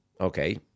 okay